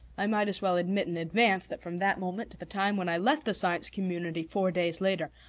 i might as well admit in advance that from that moment to the time when i left the science community four days later,